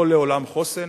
לא לעולם חוסן,